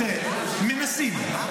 תראה, אנחנו מנסים.